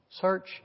Search